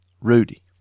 Rudy